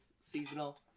seasonal